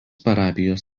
parapijos